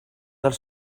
dels